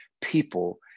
people